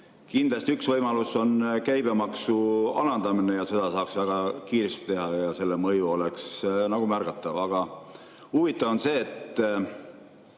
Kindlasti üks võimalus on käibemaksu alandamine, seda saaks väga kiiresti teha ja selle mõju oleks märgatav. Aga huvitav on see, et